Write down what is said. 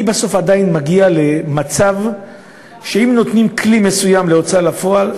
אני בסוף עדיין מגיע למצב שאם נותנים כלי מסוים להוצאה לפועל,